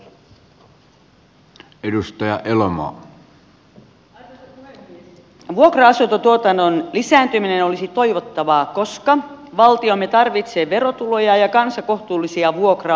vuokra asuntotuotannon lisääntyminen olisi toivottavaa koska valtiomme tarvitsee verotuloja ja kansa kohtuullisia vuokra asuntoja